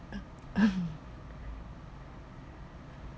um